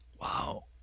Wow